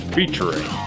Featuring